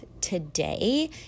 today